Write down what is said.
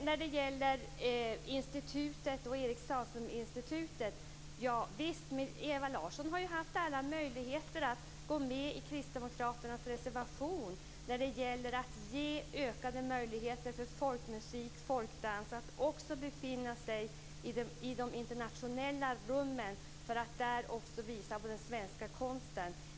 När det gäller Eric Sahlström-institutet har Ewa Larsson haft alla möjligheter att gå med på kristdemokraternas reservation, som går ut på att ge ökade möjligheter för folkmusik och folkdans att också befinna sig i de internationella rummen för att där också visa den svenska konsten.